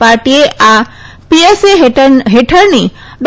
પાર્ટીએ આ પીએસએ હેઠળની ડો